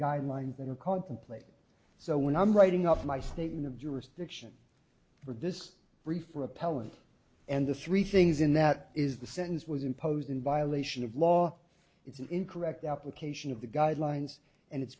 guidelines that are contemplated so when i'm writing off my statement of jurisdiction for this brief or appellant and the three things in that is the sentence was imposed in violation of law it's an incorrect application of the guidelines and it's